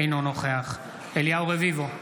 אינו נוכח אליהו רביבו,